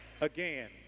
again